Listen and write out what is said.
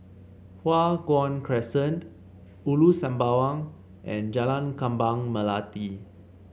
Hua Guan Crescent Ulu Sembawang and Jalan Kembang Melati